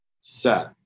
set